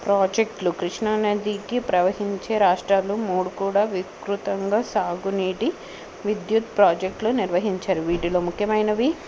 ప్రాజెక్టులు కృష్ణా నదికి ప్రవహించే రాష్ట్రాలు మూడు కూడా వికృతంగా సాగునీటి విద్యుత్ ప్రాజెక్టులు నిర్వహించారు వీటిలో ముఖ్యమైనవి